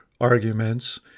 arguments